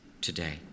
today